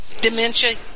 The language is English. Dementia